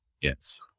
Yes